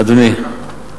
אדוני,